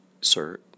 sir